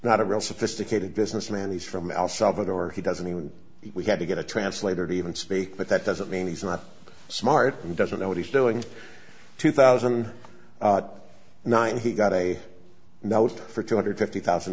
not a real sophisticated businessman he's from el salvador he doesn't even we had to get a translator to even speak but that doesn't mean he's not smart and doesn't know what he's doing two thousand and nine he got a note for two hundred fifty thousand